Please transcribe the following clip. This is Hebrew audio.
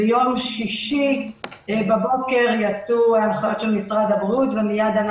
ביום שישי בבוקר יצאו הנחיות משרד הבריאות ומיד אנחנו,